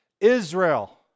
Israel